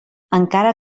encara